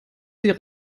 sie